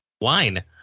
Wine